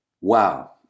wow